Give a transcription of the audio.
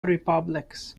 republics